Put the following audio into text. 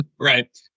right